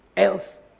Else